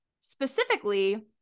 specifically